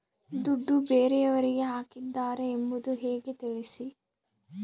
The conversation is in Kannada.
ದುಡ್ಡು ಬೇರೆಯವರಿಗೆ ಹಾಕಿದ್ದಾರೆ ಎಂಬುದು ಹೇಗೆ ತಿಳಿಸಿ?